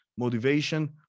motivation